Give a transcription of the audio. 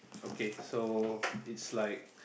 okay so it's like